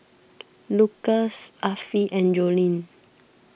Lucas Affie and Joline